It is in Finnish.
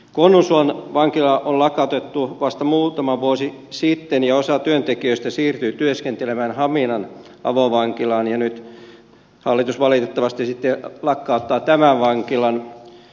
konnunsuon vankila on lakkautettu vasta muutama vuosi sitten ja osa työntekijöistä siirtyi työskentelemään haminan avovankilaan ja nyt hallitus valitettavasti lakkauttaa sitten tämän vankilan